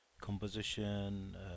composition